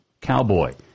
cowboy